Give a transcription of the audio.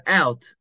out